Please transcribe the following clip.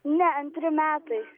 ne antri metai